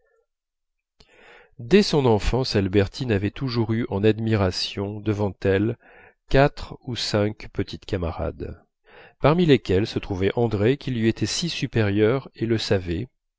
dès son enfance albertine avait toujours eu en admiration devant elle quatre ou cinq petites camarades parmi lesquelles se trouvait andrée qui lui était si supérieure et le savait